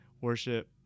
worship